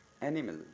Animal